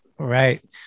right